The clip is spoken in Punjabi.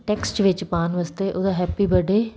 ਟੈਕਸਟ ਵਿੱਚ ਪਾਉਣ ਵਾਸਤੇ ਉਹਦਾ ਹੈਪੀ ਬਰਡੇ